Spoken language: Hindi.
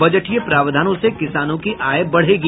बजटीय प्रावधानों से किसानों की आय बढ़ेगी